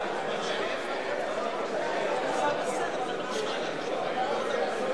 אתה רוצה לעשות דיור להשכרה בחוק,